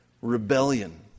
Rebellion